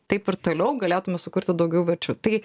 taip ir toliau galėtume sukurti daugiau verčių tai